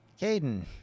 Caden